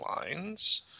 Lines